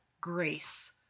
grace